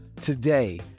Today